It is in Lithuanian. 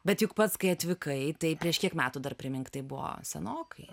bet juk pats kai atvykai tai prieš kiek metų dar primink tai buvo senokai